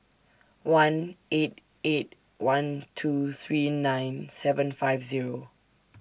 one eight eight one two three nine seven five Zero